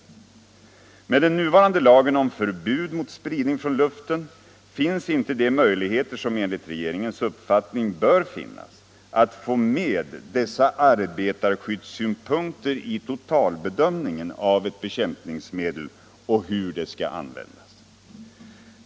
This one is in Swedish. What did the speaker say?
från luften Med den nuvarande lagen om förbud mot spridning från luften finns inte de möjligheter som enligt regeringens uppfattning bör finnas att få med dessa arbetarskyddssynpunkter i totalbedömningen av ett bekämpningsmedel och hur det skall användas.